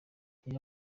iyo